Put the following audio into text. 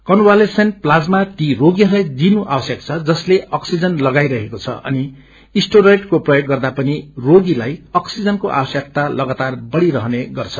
convalescent plasma ती रोगीहरूलाई दिइनु आवश्यक छ जसले अक्सीजन लगाईरहेको छ अनि स्टेरायडको प्रयोग गर्दा पनि रोगीलाई अक्सीजनको आवश्कता लगातार बढ़िरहने गर्छ